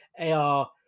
AR